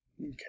okay